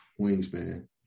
wingspan